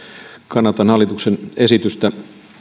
kannatan hallituksen esitystä